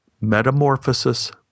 Metamorphosis